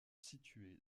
située